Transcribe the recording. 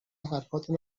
حرفاتو